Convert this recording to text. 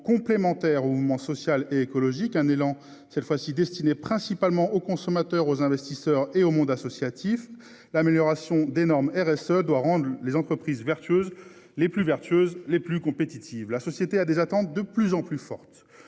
complémentaire au mouvement social et écologique, un élan, cette fois-ci destiné principalement aux consommateurs, aux investisseurs et au monde associatif, l'amélioration des normes RSE doit rendre les entreprises vertueuses, les plus vertueuses, les plus compétitives. La société a des attentes de plus en plus forte